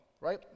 right